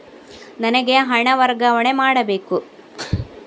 ನನಗೆ ಹಣ ವರ್ಗಾವಣೆ ಮಾಡಬೇಕು